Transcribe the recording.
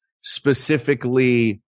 specifically